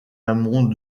amont